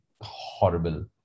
horrible